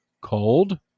cold